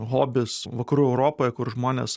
hobis vakarų europoje kur žmonės